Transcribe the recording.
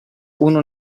uno